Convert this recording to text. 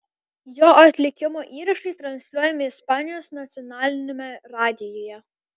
jo atlikimo įrašai transliuojami ispanijos nacionaliniame radijuje